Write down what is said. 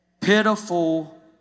pitiful